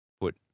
put